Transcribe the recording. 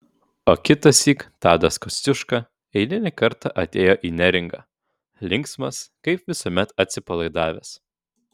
o kitąsyk tadas kosciuška eilinį kartą atėjo į neringą linksmas kaip visuomet atsipalaidavęs